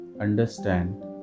understand